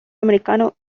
americano